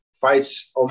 fights